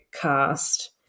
cast